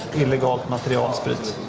illegal material. um but